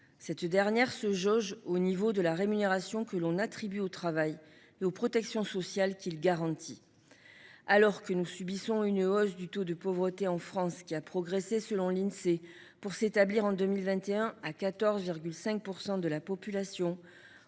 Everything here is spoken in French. cette valeur se jauge au niveau de la rémunération que l’on attribue au travail et aux protections sociales que celui ci garantit. Alors que nous subissons une hausse du taux de pauvreté en France, qui a progressé selon l’Insee pour s’établir en 2021 à 14,5 % de la population,